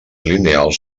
lineals